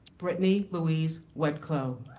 brittany louise wetklow.